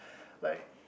like